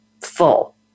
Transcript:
full